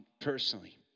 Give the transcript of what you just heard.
personally